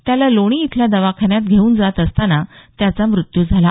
त्याला लोणी इथल्या दवाखान्यात घेऊन जात असताना त्याचा मृत्यू झाला